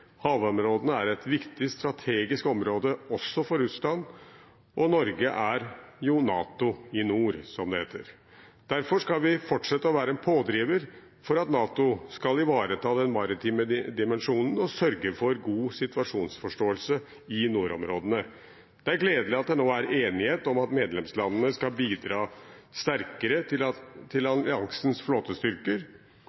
Havområdene er et viktig strategisk område også for Russland. Norge er NATO i nord, som det heter. Derfor skal vi fortsette å være en pådriver for at NATO skal ivareta den maritime dimensjonen, og sørge for god situasjonsforståelse i nordområdene. Det er gledelig at det nå er enighet om at medlemslandene skal bidra sterkere til alliansens flåtestyrker. At